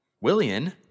Willian